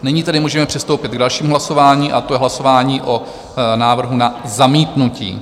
Nyní tedy můžeme přistoupit k dalšímu hlasování a to je hlasování o návrhu na zamítnutí.